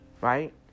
right